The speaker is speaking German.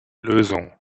lösung